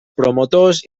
promotors